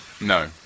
No